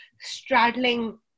straddling